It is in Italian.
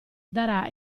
darà